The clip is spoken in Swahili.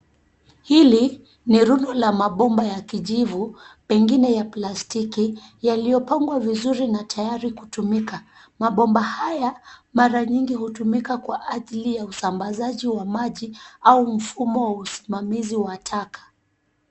Hili ni rundo ya mabomba ya kijivu, pengine ya plastiki yaliyopangwa vizuri na tayari kutumika. Mabomba haya mara nyingi hutumika kwa ajili ya usambazaji wa maji au mfumo wa usimamizi wa taka.